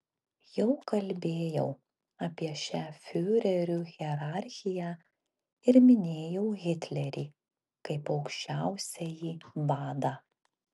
jau kalbėjau apie šią fiurerių hierarchiją ir minėjau hitlerį kaip aukščiausiąjį vadą